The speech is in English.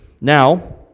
Now